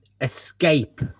escape